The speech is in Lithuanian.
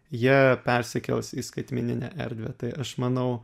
jie persikels į skaitmeninę erdvę tai aš manau